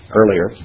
earlier